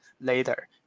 later